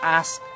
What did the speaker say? ask